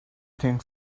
think